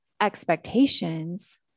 expectations